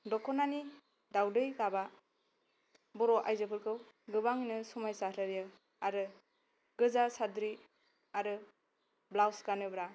दख'नानि दावदै गाबा बर' आयजो फोरखौ गोबांनो समायसार होयो आरो गोजा सादोर आरो ब्लाउस गानोब्ला